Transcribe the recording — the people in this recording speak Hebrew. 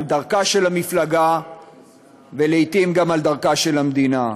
על דרכה של המפלגה ולעתים גם על דרכה של המדינה.